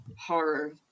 horror